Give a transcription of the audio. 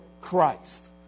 christ